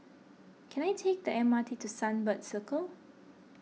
can I take the M R T to Sunbird Circle